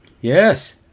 Yes